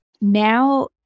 Now